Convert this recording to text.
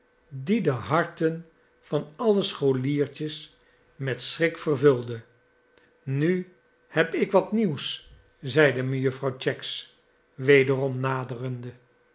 die de harten van alle scholiertjes met schrik vervulde nu heb ik wat nieuws zeide mejuffer cheggs wederom naderende